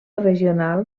regional